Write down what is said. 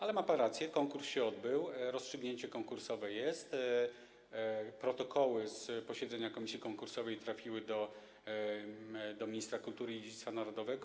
Ale ma pan rację, konkurs się odbył, rozstrzygnięcie konkursowe jest, protokoły posiedzenia komisji konkursowej trafiły do ministra kultury i dziedzictwa narodowego.